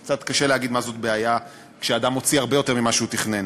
קצת קשה להגיד מה הבעיה כשאדם מוציא הרבה יותר ממה שהוא תכנן.